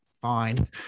fine